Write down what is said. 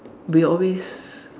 we were always